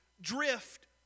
drift